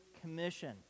commission